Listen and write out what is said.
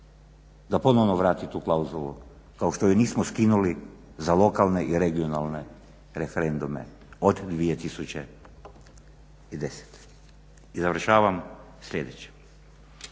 da ponovno vrati tu klauzulu kao što ju nismo skinuli za lokalne i regionalne referendume od 2010. I završavam sljedećim,